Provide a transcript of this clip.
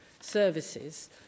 services